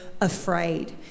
afraid